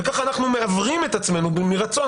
כך אנחנו מעוורים את עצמנו מרצון.